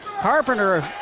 Carpenter